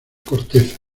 corteza